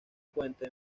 puente